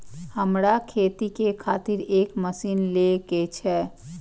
हमरा खेती के खातिर एक मशीन ले के छे?